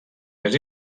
més